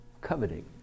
coveting